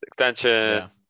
extension